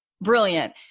brilliant